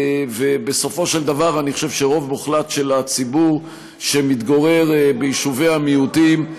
ובסופו של דבר אני חושב שרוב מוחלט של הציבור שמתגורר ביישובי המיעוטים,